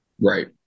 Right